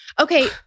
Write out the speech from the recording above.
Okay